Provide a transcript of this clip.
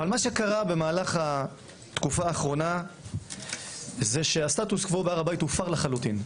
מה שקרה במהלך התקופה האחרונה זה שהסטטוס קוו בהר הבית הופר לחלוטין.